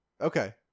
Okay